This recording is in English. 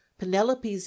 penelope's